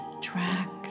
track